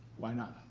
why not?